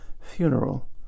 funeral